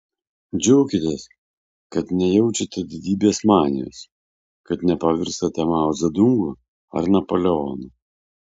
džiaukitės kad nejaučiate didybės manijos kad nepavirstate mao dzedungu ar napoleonu